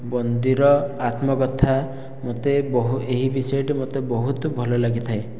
ବନ୍ଦୀର ଆତ୍ମକଥା ମୋତେ ବହୁ ଏହି ବିଷୟଟି ମୋତେ ବହୁତ ଭଲ ଲାଗିଥାଏ